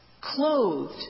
clothed